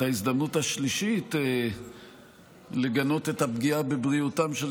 את ההזדמנות השלישית לגנות את הפגיעה בבריאותם של